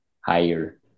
higher